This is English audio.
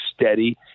steady